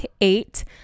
eight